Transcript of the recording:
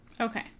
Okay